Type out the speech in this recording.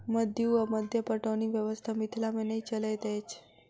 मद्दु वा मद्दा पटौनी व्यवस्था मिथिला मे नै चलैत अछि